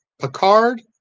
Picard